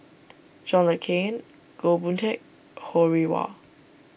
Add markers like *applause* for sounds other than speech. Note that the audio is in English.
John Le Cain Goh Boon Teck Ho Rih Hwa *noise*